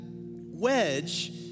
wedge